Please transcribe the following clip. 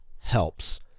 helps